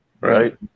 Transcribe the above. right